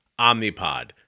Omnipod